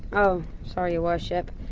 oh, sorry your worship,